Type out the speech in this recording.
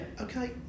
okay